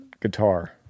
guitar